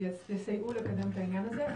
יסייעו לקדם את העניין הזה.